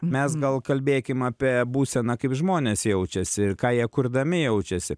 mes gal kalbėkim apie būseną kaip žmonės jaučiasi ir ką jie kurdami jaučiasi